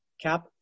Cap